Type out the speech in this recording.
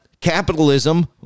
capitalism